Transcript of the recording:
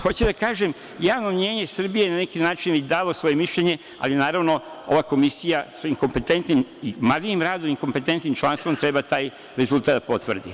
Hoću da kažem da javno mnjenje Srbije je na neki način dalo svoje mišljenje, ali naravno, ova komisija svojim marljivim radom i kompetentnim članstvom treba taj rezultat da potvrdi.